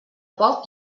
poc